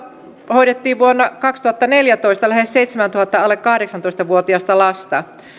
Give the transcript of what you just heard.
hoidettiin vuonna kaksituhattaneljätoista lähes seitsemäätuhatta alle kahdeksantoista vuotiasta lasta